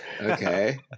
Okay